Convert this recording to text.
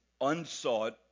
unsought